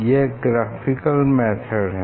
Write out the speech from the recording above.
यह graphical method है